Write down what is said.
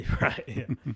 right